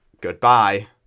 goodbye